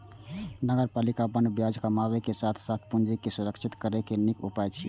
नगरपालिका बांड ब्याज कमाबै के साथ साथ पूंजी के संरक्षित करै के नीक उपाय छियै